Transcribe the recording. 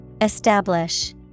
Establish